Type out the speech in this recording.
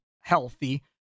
healthy